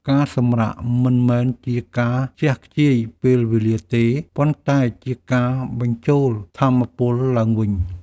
ការសម្រាកមិនមែនជាការខ្ជះខ្ជាយពេលវេលាទេ ប៉ុន្តែជាការបញ្ចូលថាមពលឡើងវិញ។